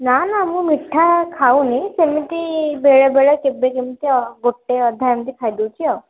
ନା ନା ମୁଁ ମିଠା ଖାଉନି ସେମିତି ବେଳେବେଳେ କେବେ କେମିତି ଗୋଟେ ଅଧା ଏମିତି ଖାଇଦେଉଛି ଆଉ